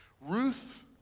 Ruth